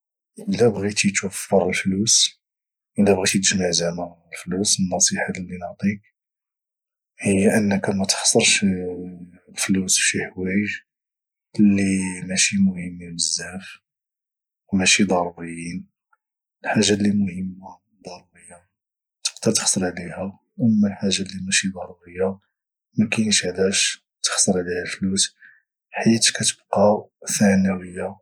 الى بغيتي توفر الفلوس الى بغيتي تجمع زعما الفلوس النصيحة اللي نعطيك هي انك متخسرش الفلوس فشي حوايج اللي ماشي مهمين بزاف وماشي ضروريين الحاجة اللي مهمة وضرورية تقدر تخسر عليها اما الحاجة اللي ماشي ضرورية مكينش علاش تخير عليها الفلوس حيت كتبقا ثانوية